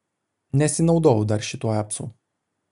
nesinaudojau dar šituo apsu